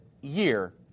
year